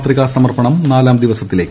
പത്രികാ സമർപ്പണം നാലാം ദിവസത്തിലേക്ക്